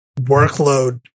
workload